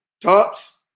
tops